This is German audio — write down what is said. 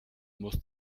muss